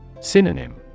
Synonym